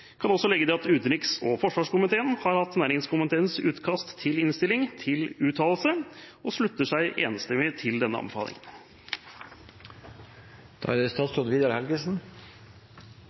kan også legge til at utenriks- og forsvarskomiteen har hatt næringskomiteens utkast til innstilling til uttalelse og slutter seg enstemmig til denne